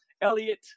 Elliot